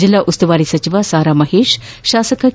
ಜಿಲ್ಲಾ ಉಸ್ತುವಾರಿ ಸಚಿವ ಸಾ ರಾ ಮಹೇಶ್ ಶಾಸಕ ಕೆ